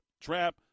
Trap